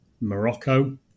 Morocco